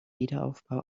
wiederaufbau